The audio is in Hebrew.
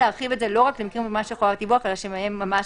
סבאח אל-חיר אל ג'מיע,